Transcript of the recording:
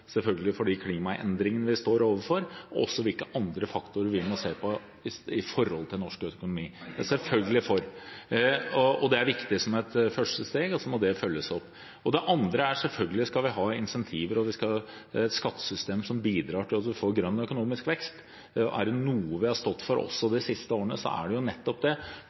selvfølgelig, for de klimaendringene vi står overfor, og også hvilke andre faktorer vi må se på i norsk økonomi. Det er vi for, og det er viktig som et første steg, og så må det følges opp. Det andre er: Selvfølgelig skal vi ha incentiver og et skattesystem som bidrar til at vi får grønn økonomisk vekst. Er det noe vi har stått for også de siste årene, er det nettopp det,